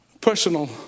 personal